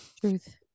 Truth